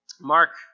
Mark